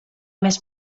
més